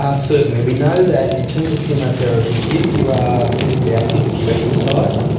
ah certainly we know that in terms of chemotherapy, if you are physically active, if you exercise,